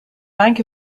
bank